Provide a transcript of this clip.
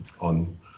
on